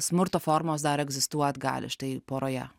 smurto formos dar egzistuot gali štai poroje